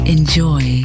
Enjoy